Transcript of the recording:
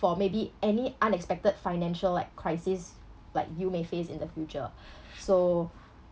for maybe any unexpected financial like crisis like you may face in the future so